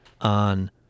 on